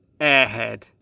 airhead